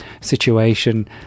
situation